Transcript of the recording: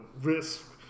risk